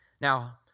Now